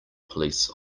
police